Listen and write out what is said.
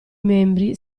membri